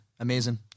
Amazing